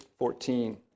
14